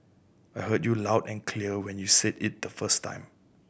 I heard you loud and clear when you said it the first time